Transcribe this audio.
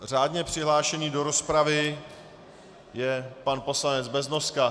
Řádně přihlášený do rozpravy je pan poslanec Beznoska.